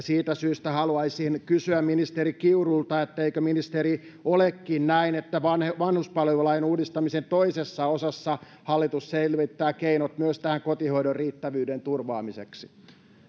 siitä syystä haluaisin kysyä ministeri kiurulta eikö ministeri olekin näin että vanhuspalvelulain uudistamisen toisessa osassa hallitus selvittää keinot myös tämän kotihoidon riittävyyden turvaamiseksi